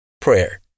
prayer